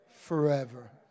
forever